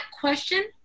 question